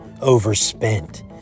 Overspent